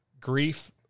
grief